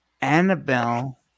Annabelle